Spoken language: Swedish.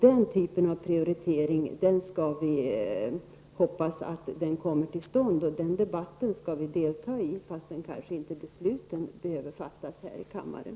Den typen av prioritering skall vi hoppas kommer till stånd. Den debatten skall vi delta i, fastän besluten kanske inte behöver fattas här i kammaren.